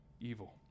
evil